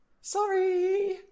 Sorry